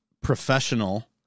professional